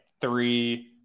three